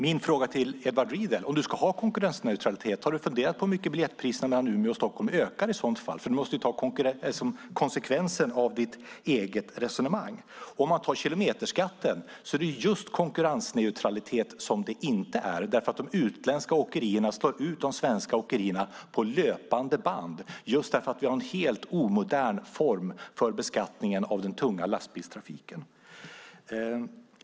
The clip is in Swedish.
Min fråga till Edward Riedl är: Om du ska ha konkurrensneutralitet, har du i så fall funderat på hur mycket biljettpriserna mellan Umeå och Stockholm ökar? Du måste ju ta konsekvensen av ditt eget resonemang. När det gäller kilometerskatten är det just konkurrensneutralitet som det inte är, därför att de utländska åkerierna slår ut de svenska åkerierna på löpande band, just därför att vi har en helt omodern form för beskattning av den tunga lastbilstrafiken.